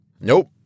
Nope